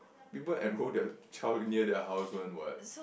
people enroll their child near their house one what